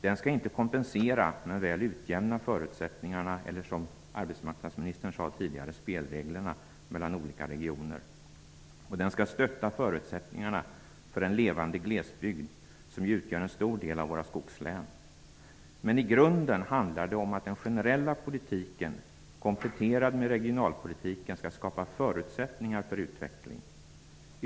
Den skall inte kompensera, men väl utjämna förutsättningarna -- eller spelreglerna, som arbetsmarknadsministern sade tidigare -- mellan olika regioner. Och den skall stötta förutsättningarna för en levande glesbygd, som ju utgör en stor del av våra skogslän. Men i grunden handlar det om att den generella politiken kompletterad med regionalpolitiken skall skapa förutsättningar för utveckling.